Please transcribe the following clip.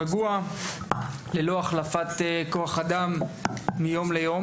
ללא החלפת כוח אדם מיום ליום,